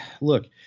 look